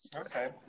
Okay